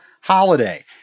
holiday